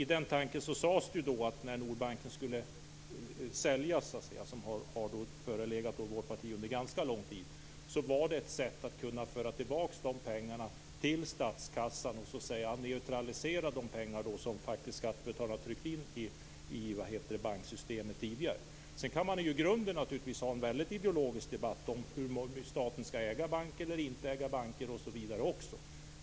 I det läget sades det att Nordbanken skulle säljas - det förslaget har förelegat under ganska lång tid i vårt parti - därför att det var ett sätt att föra tillbaka pengarna till statskassan och så att säga neutralisera de pengar som skattebetalarna hade tryckt in i banksystemet tidigare. Man kan naturligtvis i grunden ha en ideologisk debatt om huruvida staten skall äga banker eller inte.